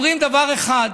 אומרים דבר אחד: